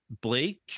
Blake